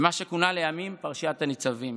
במה שכונה לימים "פרשיית הניצבים".